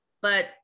But-